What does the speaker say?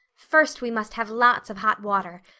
first we must have lots of hot water.